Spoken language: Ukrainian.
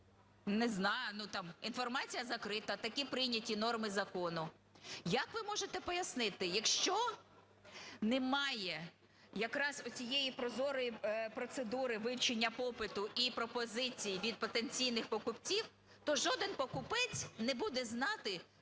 "Не знаю, інформація закрита, такі прийняті норми закону"? Як ви можете пояснити? Якщо немає якраз оцієї прозорої процедури вивчення попиту і пропозиції від потенційних покупців, то жоден покупець не буде знати,